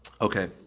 Okay